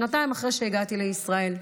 שנתיים אחרי שהגעתי לישראל.